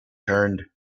turned